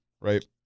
right